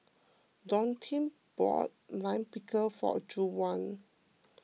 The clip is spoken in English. Dontae bought Lime Pickle for Juwan